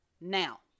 Now